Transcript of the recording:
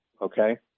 okay